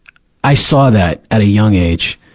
i saw that at a young age.